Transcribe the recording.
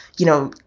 you know,